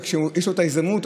וכשיש הזדמנות,